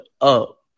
up